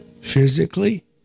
Physically